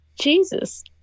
Jesus